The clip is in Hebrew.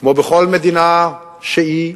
כמו בכל מדינה שהיא,